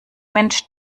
mensch